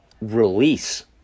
release